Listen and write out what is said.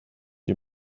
you